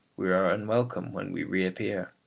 we are unwelcome when we reappear.